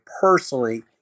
personally